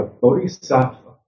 Bodhisattva